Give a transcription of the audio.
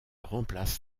remplace